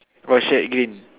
what shirt green